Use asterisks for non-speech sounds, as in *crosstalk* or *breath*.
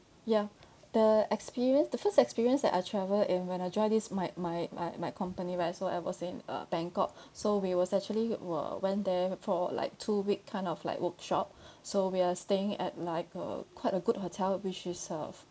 ya the experience the first experience that I travel in when I join this my my my my company went so I was in uh bangkok *breath* so we was actually were went there for like two week kind of like workshop *breath* so we're staying at like uh quite a good hotel which is uh